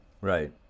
Right